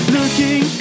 Looking